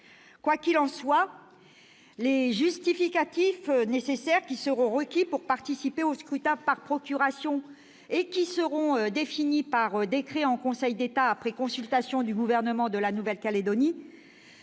Quoi qu'il en soit, les justificatifs nécessaires qui seront requis pour participer au scrutin par procuration et qui seront définis par décret en Conseil d'État après consultation du gouvernement de Nouvelle-Calédonie